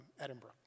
Edinburgh